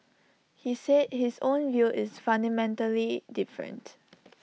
he said his own view is fundamentally different